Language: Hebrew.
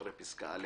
אחרי פסקה (א),